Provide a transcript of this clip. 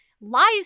lies